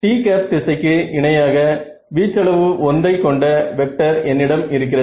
t திசைக்கு இணையாக வீச்சளவு ஒன்றை கொண்ட வெக்டர் என்னிடம் இருக்கிறது